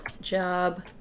job